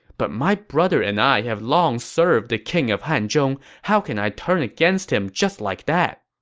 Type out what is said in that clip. but my brother and i have long served the king of hanzhong. how can i turn against him just like that?